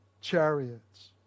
chariots